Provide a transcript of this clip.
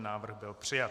Návrh byl přijat.